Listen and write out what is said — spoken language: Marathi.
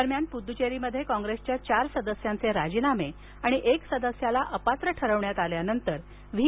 दरम्यान पुद्दचेरीमध्ये कॉंग्रेसच्या चार सदस्यांचे राजीनामे आणि एक सदस्य अपात्र ठरविण्यात आल्यानंतर व्ही